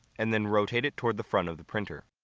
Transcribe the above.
and then rotate it towards the front of the printer.